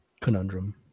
conundrum